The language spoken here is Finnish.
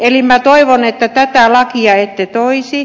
eli minä toivon että tätä lakia ette toisi